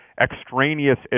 extraneous